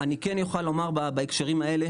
אני כן יוכל לומר בהקשרים האלה,